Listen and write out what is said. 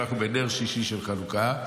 אנחנו בנר שישי של חנוכה.